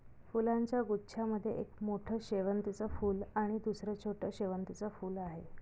फुलांच्या गुच्छा मध्ये एक मोठं शेवंतीचं फूल आणि दुसर छोटं शेवंतीचं फुल आहे